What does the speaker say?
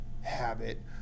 habit